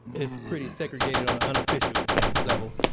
it's pretty segregated on a unofficial level